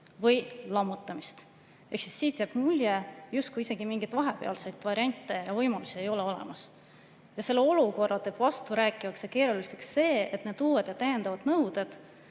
või lammutamist [---]." Siit jääb mulje, justkui isegi mingeid vahepealseid variante või võimalusi ei ole olemas. Selle olukorra teeb vasturääkivaks ja keeruliseks see, et need uued ja täiendavad nõuded,